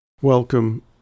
Welcome